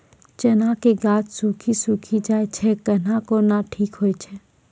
चना के गाछ सुखी सुखी जाए छै कहना को ना ठीक हो छै?